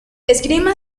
esgrima